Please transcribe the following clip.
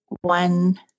one